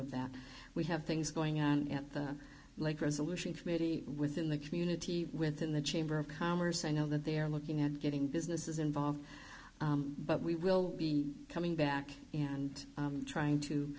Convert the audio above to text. of that we have things going on at the lake resolution committee within the community within the chamber of commerce i know that they're looking at getting businesses involved but we will be coming back and trying to